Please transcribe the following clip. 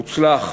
מוצלח,